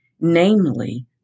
namely